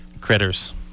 critters